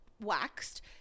waxed